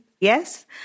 yes